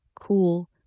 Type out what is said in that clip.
Cool